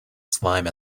slime